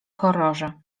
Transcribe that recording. horrorze